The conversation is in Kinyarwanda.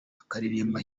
akaririmba